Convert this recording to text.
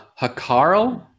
Hakarl